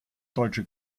deutsche